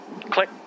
Click